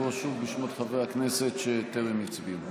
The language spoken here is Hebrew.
לקרוא שוב בשמות חברי הכנסת שטרם הצביעו.